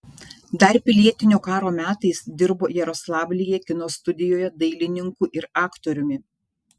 dar pilietinio karo metais dirbo jaroslavlyje kino studijoje dailininku ir aktoriumi